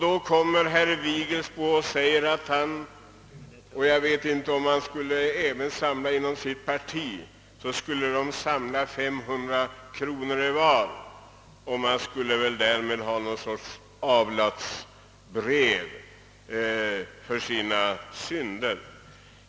Då föreslår herr Vigelsbo att det skall göras en insamling där var och en — det gäller väl i hans parti — skulle ge 500 kronor; man skulle väl därmed ha fått något slags avlatsbrev för sina synder.